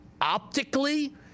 optically